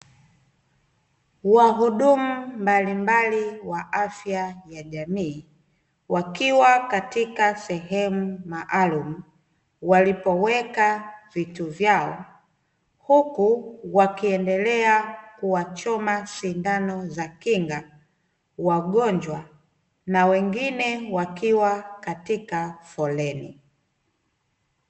Wahudumu mbalimbali wa afya ya jamii wakiwa katika sehemu maalumu, walipoweka vitu vyao huku wakiendela kuwachoma sindano za kinga wagonjwa na wengine wakiwa katika foleni.